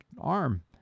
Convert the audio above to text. arm